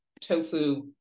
tofu